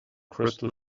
crystal